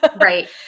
right